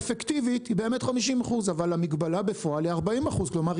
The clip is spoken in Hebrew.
שהמגבלה האפקטיבית היא באמת 50%. אבל המגבלה בפועל היא 40%. כלומר,